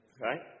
Right